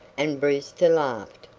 and brewster laughed.